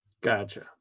Gotcha